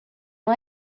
não